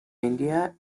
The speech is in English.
india